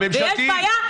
יש בעיה,